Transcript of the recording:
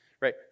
Right